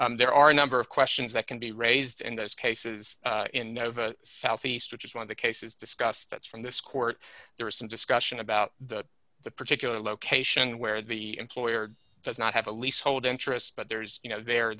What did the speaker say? so there are a number of questions that can be raised and those cases in nova southeastern is one of the cases discussed that's from this court there was some discussion about the particular location where the employer does not have a lease hold interest but there's you know the